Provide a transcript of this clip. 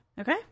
okay